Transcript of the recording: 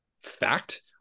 fact